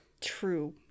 true